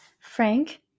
Frank